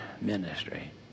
ministry